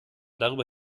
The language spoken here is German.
darüber